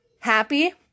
happy